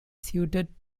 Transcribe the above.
suited